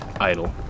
idle